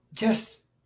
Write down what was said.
Yes